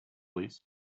least